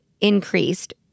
increased